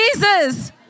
Jesus